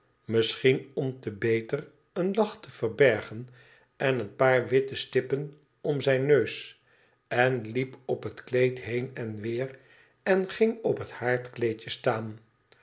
misschien om te beter een lach te verbergen en een paar witte stippen om zijn neus en liep op het kleed heen en weer en ging op het haardkleedje staan